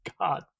god